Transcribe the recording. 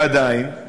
ועדיין,